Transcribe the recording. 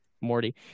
Morty